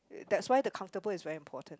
that's why the comfortable is very important